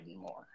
more